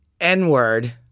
N-word